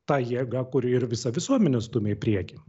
ta jėga kuri ir visą visuomenę stumia į priekį